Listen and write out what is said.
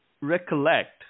recollect